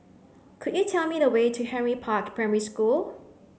could you tell me the way to Henry Park Primary School